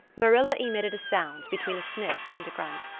marilla emitted a sound between a sniff and a grunt.